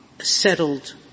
settled